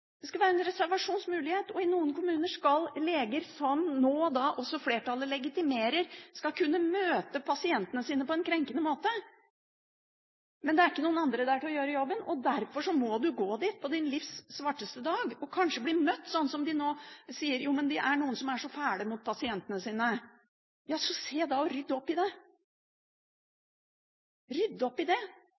det er jo ikke sånn heller. Det skal være en reservasjonsmulighet. I noen kommuner skal leger, som nå også flertallet legitimerer, kunne møte pasientene sine på en krenkende måte, men det er ikke noen andre der til å gjøre jobben, og derfor må du gå dit på din livs svarteste dag og kanskje bli møtt sånn, som de nå sier: Jo, men det er noen som er så fæle mot pasientene sine. Så se og rydd opp i det! Rydd opp i det!